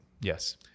Yes